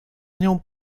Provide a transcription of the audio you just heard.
nią